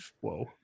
Whoa